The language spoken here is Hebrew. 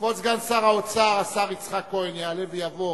כבוד סגן שר האוצר, השר יצחק כהן, יעלה ויבוא,